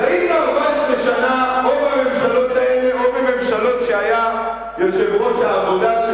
אז היית 14 שנה או בממשלות האלה או בממשלות שהיה יושב-ראש העבודה,